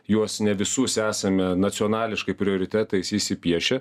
juos ne visus esame nacionališkai prioritetais įsipiešę